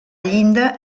llinda